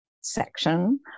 section